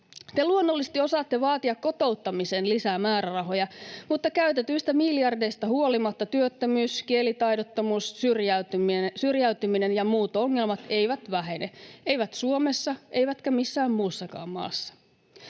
Te luonnollisesti osaatte vaatia kotouttamiseen lisää määrärahoja, mutta käytetyistä miljardeista huolimatta työttömyys, kielitaidottomuus, syrjäytyminen ja muut ongelmat eivät vähene, eivät Suomessa eivätkä missään muussakaan maassa.